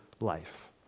life